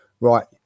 Right